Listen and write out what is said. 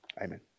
Amen